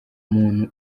muntu